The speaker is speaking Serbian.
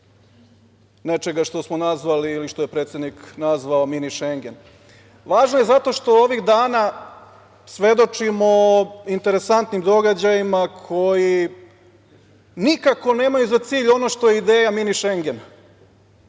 nečega što smo nazvali ili što je predsednik nazvao Mini Šengen. Važno je zato što ovih dana svedočimo interesantnim događajima koji nikako nemaju za cilj ono što je ideja Mini Šengena.